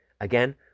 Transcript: again